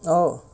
然后